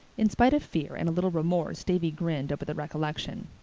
in spite of fear and a little remorse davy grinned over the recollection.